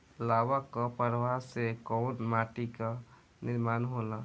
लावा क प्रवाह से कउना माटी क निर्माण होला?